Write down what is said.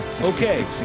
Okay